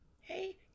hey